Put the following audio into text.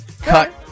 Cut